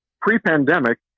pre-pandemic